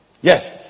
Yes